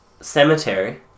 cemetery